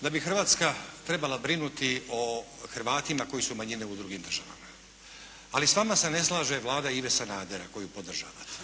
da bi Hrvatska trebala brinuti o Hrvatima koji su manjine u drugim državama. Ali s vama se ne slaže Vlada Ive Sanadera koju podržavate.